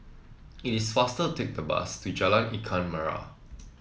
it is faster take the bus to Jalan Ikan Merah